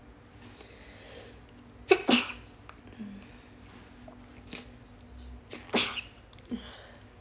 mm